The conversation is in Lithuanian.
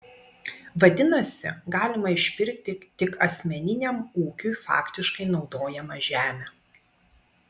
vadinasi galima išpirkti tik asmeniniam ūkiui faktiškai naudojamą žemę